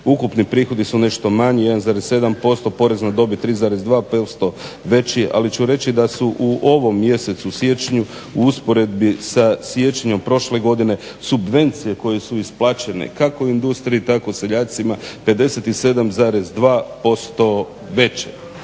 ukupni prihodi su nešto manji, 1,7%, porez na dobit 3,2% veći je ali ću reći da su u ovom mjesecu siječnju u usporedbi sa siječnjem prošle godine subvencije koje su isplaćene kako u industriji tako i seljacima, 57,2% veći.